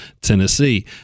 Tennessee